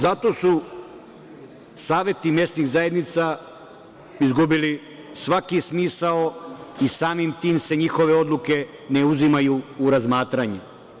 Zato su saveti mesnih zajednica izgubili svaki smisao i samim tim se njihove odluke ne uzimaju u razmatranje.